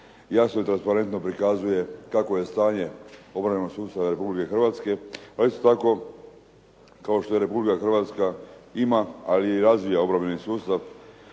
jasno i transparentno prikazuje kakvo je stanje obrambenog sustava Republike Hrvatske. Pa isto tako kao što Republika Hrvatska ima, ali i razvija obrambeni sustav